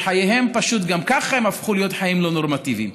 גם ככה חייהם הפכו להיות חיים לא נורמטיביים,